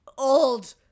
old